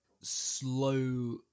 slow